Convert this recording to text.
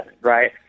Right